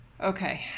Okay